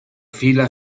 fila